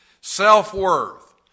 self-worth